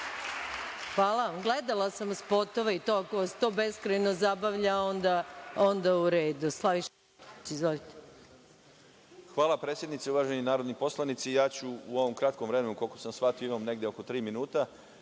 vam. Gledala sam spotove i to, ako vas to beskrajno zabavlja, onda u redu. **Slaviša Ristić** Hvala predsednice. Uvaženi narodni poslanici, ja ću u ovom kratkom vremenu, koliko sam shvatio imam negde oko tri minuta,